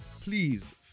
please